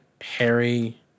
Harry